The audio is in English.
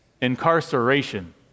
incarceration